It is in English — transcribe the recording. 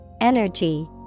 energy